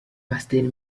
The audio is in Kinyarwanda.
pasteri